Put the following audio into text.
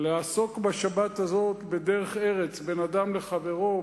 לעסוק בשבת הזאת בדרך ארץ בין אדם לחברו,